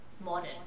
modern